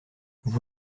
vous